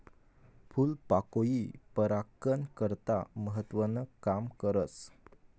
फूलपाकोई परागकन करता महत्वनं काम करस